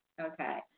Okay